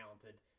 talented